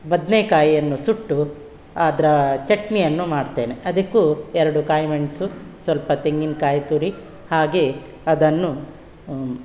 ಬದನೇಕಾಯಿಯನ್ನು ಸುಟ್ಟು ಅದರ ಚಟ್ನಿಯನ್ನು ಮಾಡ್ತೇನೆ ಅದಕ್ಕೂ ಎರಡು ಕಾಯಿ ಮೆಣಸು ಸ್ವಲ್ಪ ತೆಂಗಿನಕಾಯಿ ತುರಿ ಹಾಗೆ ಅದನ್ನು